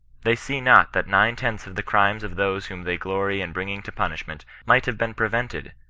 they see not that nine-tenths of the crimes of those whom they glory in bringing to punishment might have been prevented,